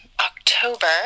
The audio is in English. October